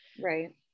Right